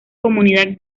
comunidad